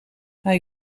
hij